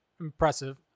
impressive